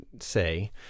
say